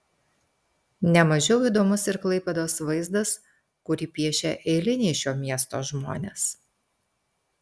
ne mažiau įdomus ir klaipėdos vaizdas kurį piešia eiliniai šio miesto žmonės